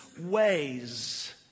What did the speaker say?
ways